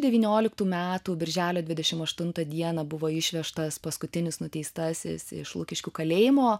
devynioliktų metų birželio dvidešim aštuntą dieną buvo išvežtas paskutinis nuteistasis iš lukiškių kalėjimo